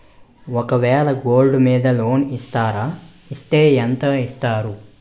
ఒక వేల గోల్డ్ మీద లోన్ ఇస్తారా? ఇస్తే ఎంత ఇస్తారు?